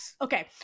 Okay